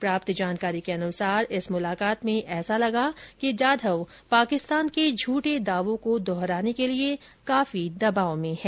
प्राप्त जानकारी के अनुसार इस मुलाकात में ऐसा लगा कि जाधव पाकिस्तान के झूठे दावों को दोहराने के लिए काफी दबाव में हैं